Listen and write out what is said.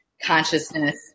consciousness